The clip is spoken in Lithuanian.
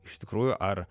iš tikrųjų ar